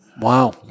Wow